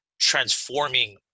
transforming